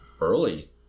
early